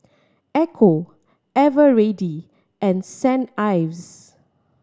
Ecco Eveready and Saint Ives